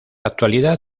actualidad